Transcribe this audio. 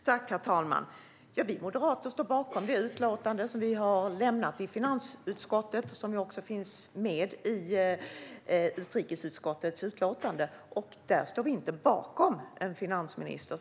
Herr talman! Vi moderater står bakom det utlåtande som vi har lämnat i finansutskottet och som också finns med i utrikesutskottets utlåtande. Där står vi inte bakom en finansminister.